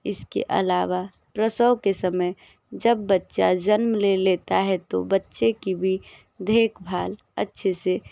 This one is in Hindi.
इसके अलावा प्रसव के समय जब बच्चा जन्म ले लेता है तो बच्चे की भी देखभाल अच्छे से